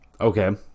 Okay